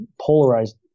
polarized